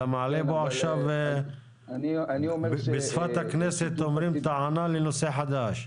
אתה מעלה פה עכשיו, בשפת הכנסת טענה לנושא חדש.